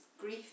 grief